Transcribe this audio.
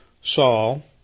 Saul